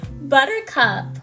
Buttercup